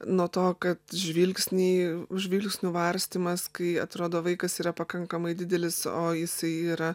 nuo to kad žvilgsnį žvilgsnių varstymas kai atrodo vaikas yra pakankamai didelis o jisai yra